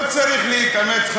לא צריך להתאמץ,